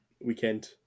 weekend